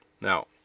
Now